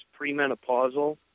premenopausal